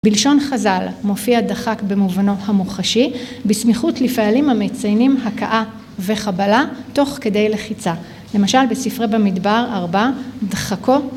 ‫בלשון חז"ל מופיע דחק במובנו המוחשי, ‫בסמיכות לפעלים המציינים ‫הכאה וחבלה, תוך כדי לחיצה. ‫למשל, בספרי במדבר 4, ‫דחקו